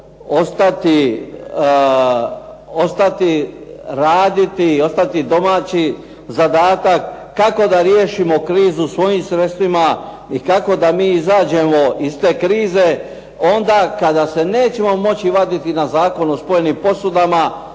ostati raditi i ostati domaći zadatak kako da riješimo krizu svojim sredstvima i kako da mi izađemo iz te krize. Onda kada se nećemo moći vaditi na Zakon o spojenim posudama